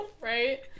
Right